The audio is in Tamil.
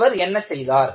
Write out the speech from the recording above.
அவர் என்ன செய்தார்